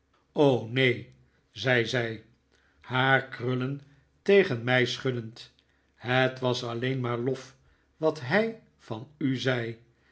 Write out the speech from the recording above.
neen zei zij haar krullen tegen mij schuddend het was alleen maar lof wat hij van u zei